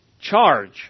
charge